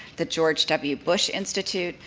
the george w. bush institute,